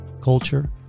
culture